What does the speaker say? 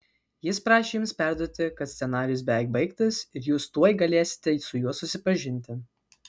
jis prašė jums perduoti kad scenarijus beveik baigtas ir jūs tuoj galėsite su juo susipažinti